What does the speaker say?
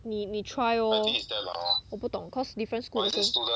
你你 try lor 我不懂 cause different school